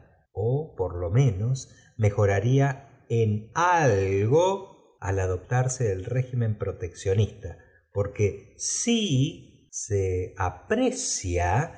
ó por lo menos mejoraría en algo di i adoptarse el régimen proteccionista porque si se aprecia